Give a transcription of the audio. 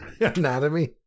Anatomy